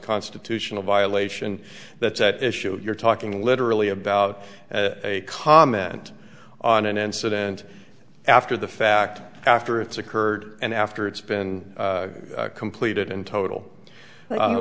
constitutional violation that's at issue you're talking literally about a comment on an incident after the fact after it's occurred and after it's been completed in total but on the